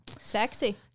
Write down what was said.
Sexy